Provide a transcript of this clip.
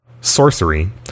Sorcery